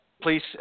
Please